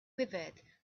quivered